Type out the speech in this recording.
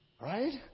Right